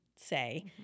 say